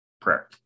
prayer